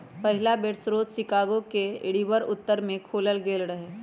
पहिला पेपर स्रोत शिकागो के रिवर उत्तर में खोलल गेल रहै